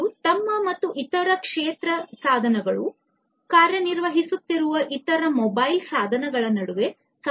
ಅವರು ತಮ್ಮ ಮತ್ತು ಇತರ ಕ್ಷೇತ್ರ ಸಾಧನಗಳು ಕಾರ್ಯನಿರ್ವಹಿಸುತ್ತಿರುವ ಇತರ ಮೊಬೈಲ್ ಸಾಧನಗಳ ನಡುವೆ ಸಂಪರ್ಕ ಹೊಂದುತ್ತಾರೆ